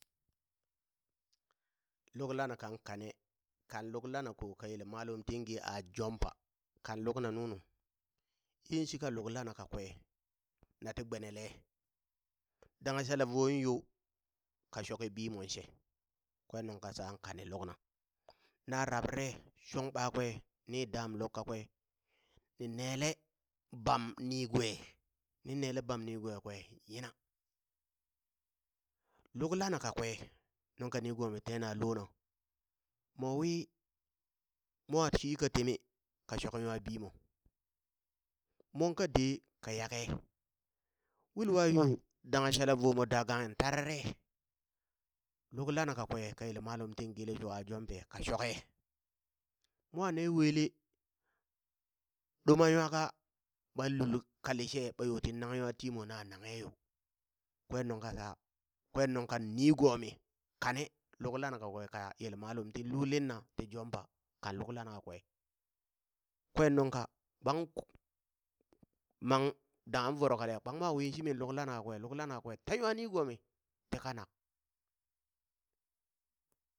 Luk lana kan kane, kan luk lana ko ka yel malum tin ge an jumpa, kan lukna nunu, yin shika luk lana kakwe nati gbenele dangha shalavon yo ka shoke bimon she, kwe nuŋ kaŋ shan kane lukna, na rabrare shong ɓakwe ni dam luk kakwe ni nele bam nigue, min nele bam niguekue yina, luk lana kakwe nuŋka nigomi tena lona, mowi mwa shika teme, ka shoke nwa bimo, mon ka de ka yake wilwa yo dangha shalavomo da ganghi tarare luk lana kakwe ka yel malum tingele sho an jampe ka shoke, mwan ne wele duman nwaka ɓalul kalishe bayo tin nanghe nwatimo na nanghe yo, kwen nuŋka sha, kwen nuŋka nigomi kane luk lana kakwe ka yel malum tin lulina ti jampa, kan lukna kakwe. kwen nuŋka kpangk mang dangha voro kaliya kpang mo win shimi luk lana kakwe luk lana kakwe ta nwa nigomi tikanak.